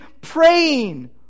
praying